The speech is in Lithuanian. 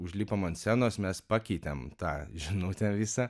užlipom ant scenos mes pakeitėm tą žinutę visą